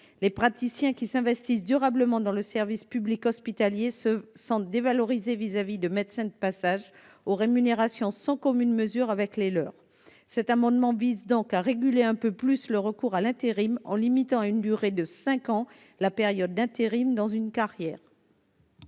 les praticiens qui s'investissent durablement dans le service public hospitalier se sentent dévalorisés vis-à-vis de médecins de passage aux rémunérations sans commune mesure avec les leurs, cet amendement vise donc à réguler un peu plus le recours à l'intérim, en limitant à une durée de 5 ans, la période d'intérim dans une carrière.